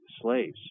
slaves